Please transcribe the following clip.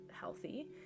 healthy